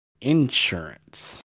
insurance